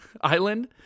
Island